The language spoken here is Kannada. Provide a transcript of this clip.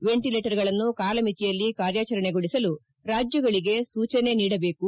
ವೆಂಟಿಲೇಟರ್ಗಳನ್ನು ಕಾಲಮಿತಿಯಲ್ಲಿ ಕಾರ್ಯಾಚರಣೆಗೊಳಿಸಲು ರಾಜ್ಗಳಿಗೆ ಸೂಚನೆ ನೀಡಬೇಕು